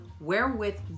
wherewith